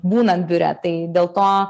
būnant biure tai dėl to